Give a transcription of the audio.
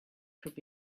could